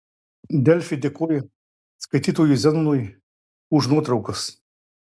delfi dėkoja skaitytojui zenonui už nuotraukas